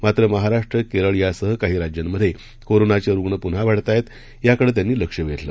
मात्र महाराष्ट्र केरळ यांसह काही राज्यात करोनाचे रुग्ण पुन्हा वाढत आहेत याकडे त्यांनी लक्ष वेधलं